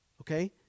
okay